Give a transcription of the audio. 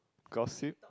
gossip